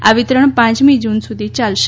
આ વિતરણ પાંચમી જૂન સુધી ચાલશે